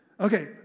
Okay